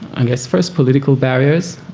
i guess, first, political barriers.